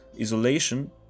isolation